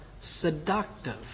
seductive